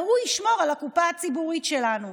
והוא ישמור על הקופה הציבורית שלנו,